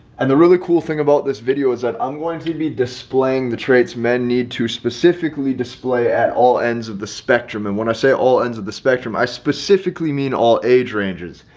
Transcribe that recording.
and the really cool thing about this video is that i'm going to be displaying the traits men need to specifically display at all ends of the spectrum. and when i say all ends of the spectrum, i specifically mean all age ranges.